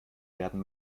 werden